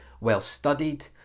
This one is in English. well-studied